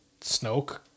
Snoke